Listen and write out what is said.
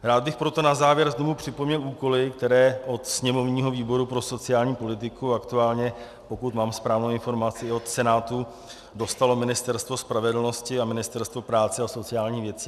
Rád bych proto na závěr znovu připomněl úkoly, které od sněmovního výboru pro sociální politiku aktuálně, pokud mám správné informace od Senátu, dostalo Ministerstvo spravedlnosti a Ministerstvo práce a sociálních věcí.